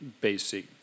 basic